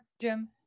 Jim